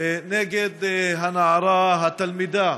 נגד הנערה, התלמידה